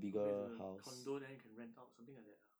commit to the condo then you can rent out something like that lah